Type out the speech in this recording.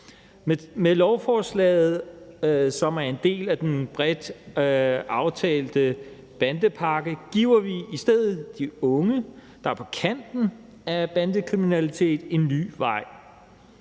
Med lovforslaget, som er en del af den bredt aftalte bandepakke, giver vi i stedet de unge, der er på kanten af bandekriminalitet, en ny vej